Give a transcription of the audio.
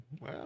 Wow